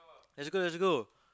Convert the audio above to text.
let's go let's go